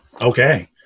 okay